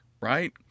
right